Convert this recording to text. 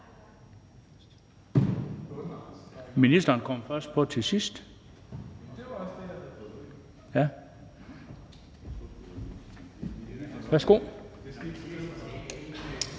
Ministeren kommer først på til sidst. Værsgo